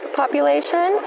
population